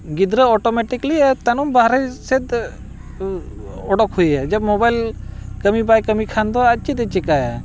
ᱜᱤᱫᱽᱨᱟᱹ ᱚᱴᱳᱢᱮᱴᱤᱠᱞᱤ ᱛᱟᱭᱱᱚᱢ ᱵᱟᱦᱨᱮ ᱥᱮᱫ ᱚᱰᱚᱠ ᱦᱩᱭᱟᱭᱟ ᱡᱮ ᱢᱳᱵᱟᱭᱤᱞ ᱠᱟᱹᱢᱤ ᱵᱟᱭ ᱠᱟᱹᱢᱤ ᱠᱷᱟᱱ ᱫᱚ ᱟᱨ ᱪᱮᱫ ᱮ ᱪᱤᱠᱟᱹᱭᱟ